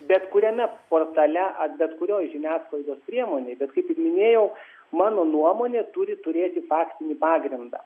bet kuriame portale ar bet kurioj žiniasklaidos priemonėj bet kaip ir minėjau mano nuomonė turi turėti faktinį pagrindą